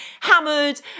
hammered